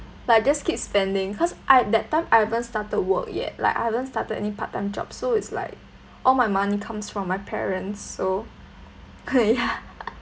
like just keep spending cause I that time I haven't started work yet like I haven't started any part time job so it's like all my money comes from my parents so ya